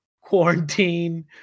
quarantine